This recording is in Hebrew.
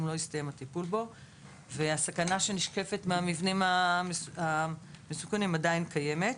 לא הסתיים הטיפול בו - והסכנה שנשקפת מהמבנים המסוכנים עדיין קיימת.